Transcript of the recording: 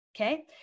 Okay